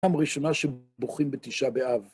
פעם ראשונה שבוכים בתשעה באב.